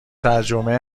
ترجمه